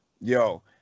Yo